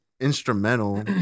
instrumental